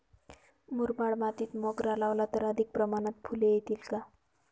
मुरमाड मातीत मोगरा लावला तर अधिक प्रमाणात फूले येतील का?